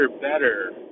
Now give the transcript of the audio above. better